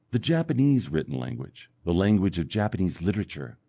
the japanese written language, the language of japanese literature,